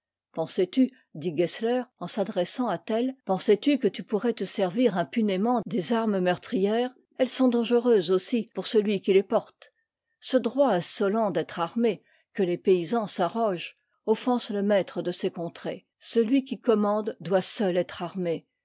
tell pensais-tu dit gessler en s'adressant à tell pensais-tu que tu pourrais te servir impunément des armes meurtrières elles sont dangereuses aussi pour celui qui les porte ce droit insolent d'être armé que les paysans s'arrogent offense le maître de ces contrées celui qui commande doit seul être armé